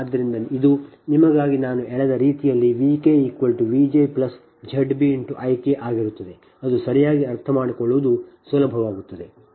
ಆದ್ದರಿಂದ ಇದು ನಿಮಗಾಗಿ ನಾನು ಎಳೆದ ರೀತಿಯಲ್ಲಿ V k V j Z b I k ಆಗಿರುತ್ತದೆ ಅದು ಸರಿಯಾಗಿ ಅರ್ಥಮಾಡಿಕೊಳ್ಳುವುದು ಸುಲಭವಾಗುತ್ತದೆ